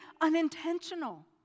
unintentional